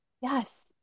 Yes